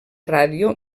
ràdio